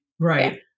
Right